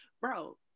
bro